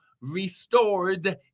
restored